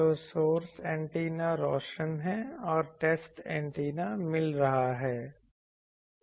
तो source antenna रोशन है और टेस्ट एंटीना मिल रहा है